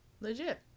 Legit